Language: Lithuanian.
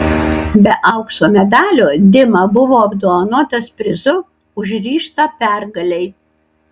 be aukso medalio dima buvo apdovanotas prizu už ryžtą pergalei